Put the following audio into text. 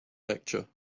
lecture